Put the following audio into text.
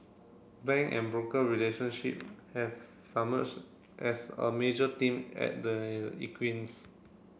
bank and broker relationship have as a major theme at the